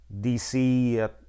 DC